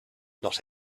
not